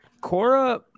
Cora